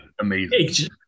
amazing